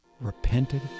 repented